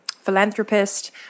philanthropist